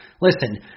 Listen